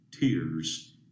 tears